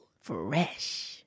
Fresh